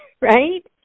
right